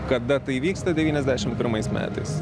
kada tai įvyksta devyniasdešimt pirmais metais